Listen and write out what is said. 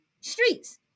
streets